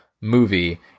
movie